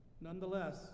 Nonetheless